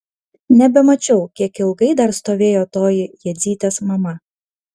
nebemačiau kiek ilgai dar stovėjo toji jadzytės mama